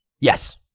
Yes